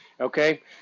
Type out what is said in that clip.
Okay